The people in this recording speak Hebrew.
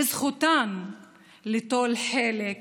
בזכותן ליטול חלק